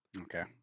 Okay